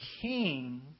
king